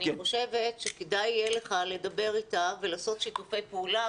אני חושבת שכדאי יהיה לך לדבר איתה ולעשות שיתופי פעולה,